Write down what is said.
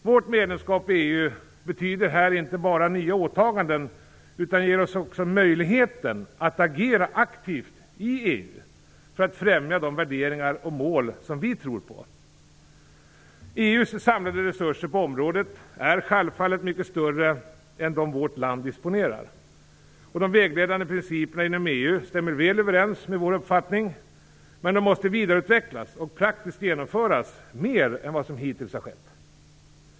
Vårt medlemskap i EU betyder inte bara nya åtaganden utan ger oss också möjligheten att agera aktivt i EU för att främja de värderingar och mål som vi tror på. EU:s samlade resurser på området är självfallet mycket större än dem som vårt land disponerar. De vägledande principerna inom EU stämmer väl överens med vår uppfattning, men de måste vidareutvecklas och praktiskt genomföras i större utsträckning än vad som hittills har skett.